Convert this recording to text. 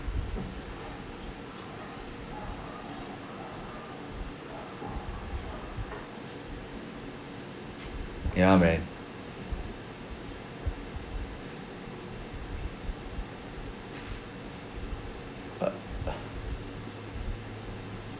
ya man ugh